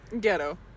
Ghetto